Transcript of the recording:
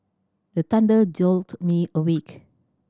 the thunder jolt me awake